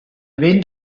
vent